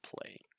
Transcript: play